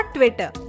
Twitter